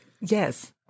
yes